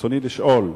רצוני לשאול: